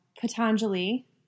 Patanjali